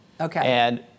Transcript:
Okay